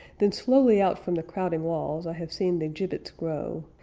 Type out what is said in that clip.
then slowly out from the crowding walls i have seen the gibbets grow,